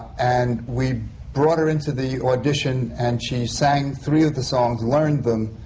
and we brought her into the audition and she sang three of the songs, learned them,